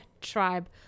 tribe